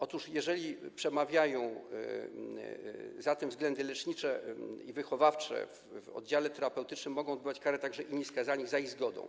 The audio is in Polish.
Otóż jeżeli przemawiają za tym względy lecznicze i wychowawcze, w oddziale terapeutycznym mogą odbywać karę także inni skazani za ich zgodą.